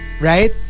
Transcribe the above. Right